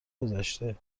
گذشته